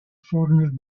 foreigner